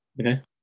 Okay